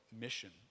mission